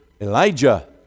Elijah